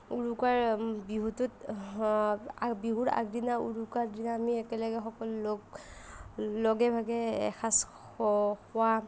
উৰুকাৰ বিহুটোত বিহুৰ আগদিনা উৰুকাৰ দিনা আমি একেলগে সকলো লগ লগে ভাগে এসাঁজ খোৱা